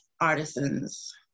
artisans